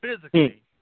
physically